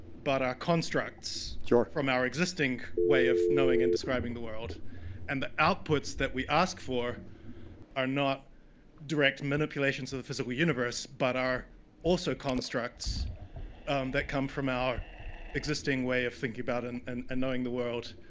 but are constructs from our existing way of knowing and describing the world and the outputs that we ask for are not direct manipulations of the physical universe, but are also constructs that come from our existing way of thinking about and and knowing the world,